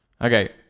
Okay